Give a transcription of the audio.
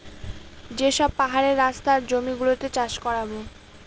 যে সব পাহাড়ের রাস্তা আর জমি গুলোতে চাষ করাবো